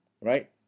Right